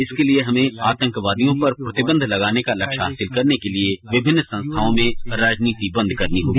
इसके लिये हमें आतंकवादियो पर प्रतिबंध लगाने का लक्ष्य हासिल करने के लिये विभिन्न संस्थाओ में राजनीति बंद करनी होगी